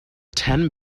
ten